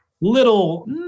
little